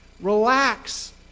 relax